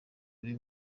buri